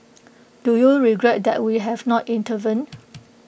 do you regret that we have not intervened